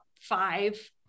five